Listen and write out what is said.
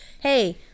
Hey